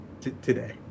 today